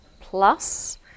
plus